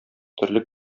төрле